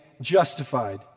justified